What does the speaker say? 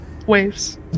Waves